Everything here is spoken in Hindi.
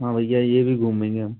हाँ भैया ये भी घूमेंगे हम